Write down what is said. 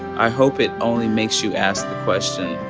i hope it only makes you ask the question,